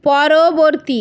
পরবর্তী